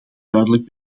duidelijk